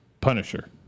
Punisher